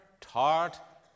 taught